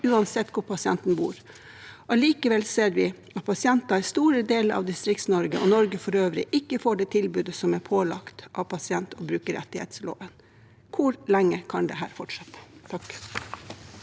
uansett hvor pasienten bor. Allikevel ser vi at pasienter i store deler av DistriktsNorge og Norge for øvrig ikke får det tilbudet som er pålagt gjennom pasient- og brukerrettighetsloven. Hvor lenge kan dette fortsette?